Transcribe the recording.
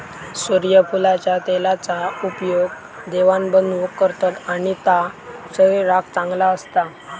सुर्यफुलाच्या तेलाचा उपयोग जेवाण बनवूक करतत आणि ता शरीराक चांगला असता